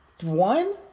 One